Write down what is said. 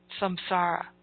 samsara